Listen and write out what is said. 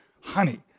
honey